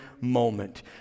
moment